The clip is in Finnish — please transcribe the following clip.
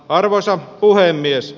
arvoisa puhemies